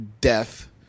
death